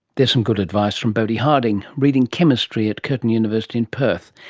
there's some good advice from bodhi hardinge, reading chemistry at curtin university in perth.